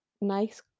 nice